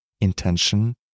intention